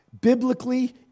biblically